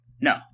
no